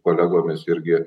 kolegomis irgi